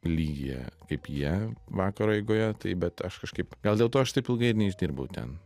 lygyje kaip jie vakaro eigoje taip bet aš kažkaip gal dėl to aš taip ilgai ir neišdirbau ten